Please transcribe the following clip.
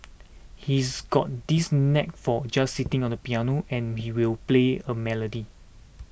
he's got this knack for just sitting on the piano and we will play a melody